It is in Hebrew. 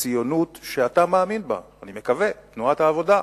הציונות שאתה מאמין בה, אני מקווה, תנועת העבודה.